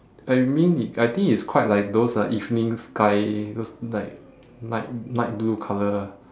I mean it I think it's quite like those uh evening sky those like night night blue colour